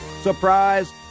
Surprise